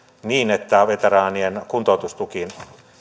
niin että veteraanien kuntoutustukiin